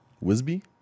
Wisby